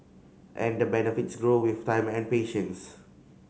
and the benefits grow with time and patience